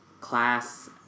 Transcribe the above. class